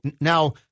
Now